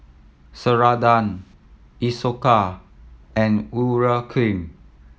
Ceradan Isocal and Urea Cream